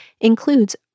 includes